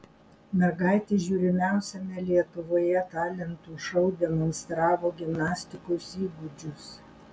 mergaitė žiūrimiausiame lietuvoje talentų šou demonstravo gimnastikos įgūdžius